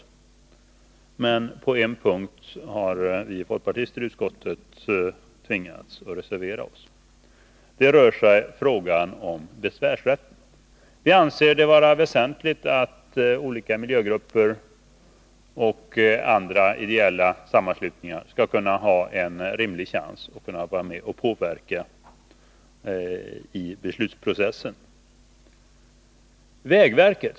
På en punkt har vi som representerar Nr 126 folkpartiet i utskottet dock tvingats reservera oss, nämligen i frågan om 29 april 1981 Vi anser det vara väsentligt att olika miljögrupper och andra ideella sammanslutningar skall kunna ha en rimlig chans att påverka beslutsprocessen.